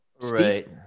Right